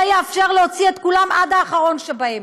זה יאפשר להוציא את כולם עד האחרון שבהם.